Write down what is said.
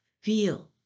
Feel